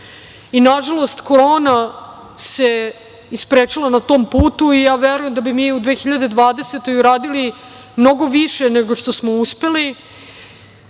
jedan. Nažalost, korona se isprečila na tom putu. Ja verujem da bi mi u 2020. godini uradili mnogo više nego što smo uspeli,